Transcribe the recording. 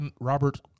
Robert